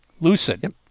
lucid